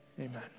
amen